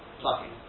plucking